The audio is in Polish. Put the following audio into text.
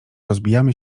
rozbijamy